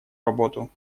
работу